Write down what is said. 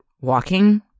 walking